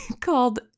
called